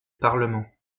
parlement